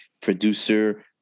producer